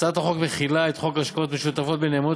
הצעת החוק מחילה את חוק השקעות משותפות בנאמנות